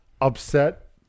Upset